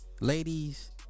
Ladies